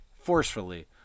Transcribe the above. forcefully